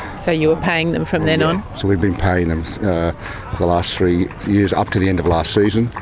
so you were paying them from then on. so we've been paying them for the last three years, up to the end of last season,